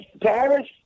Paris